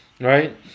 Right